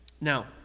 Now